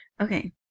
okay